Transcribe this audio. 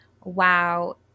wow